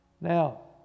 Now